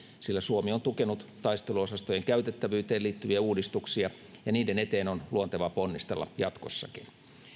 sillä suomi on tukenut taisteluosastojen käytettävyyteen liittyviä uudistuksia ja niiden eteen on luontevaa ponnistella jatkossakin